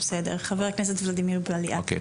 חבר הכנסת וולדימיר בליאק, בבקשה.